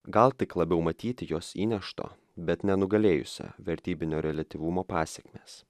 gal tik labiau matyti jos įnešto bet nenugalėjusio vertybinio reliatyvumo pasekmes